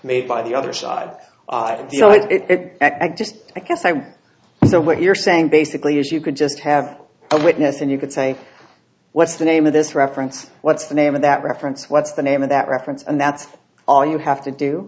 made by the other side it just i guess i know what you're saying basically if you could just have a witness and you could say what's the name of this reference what's the name of that reference what's the name of that reference and that's all you have to do